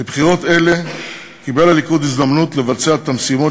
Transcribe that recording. בבחירות אלו קיבל הליכוד הזדמנות לבצע את המשימות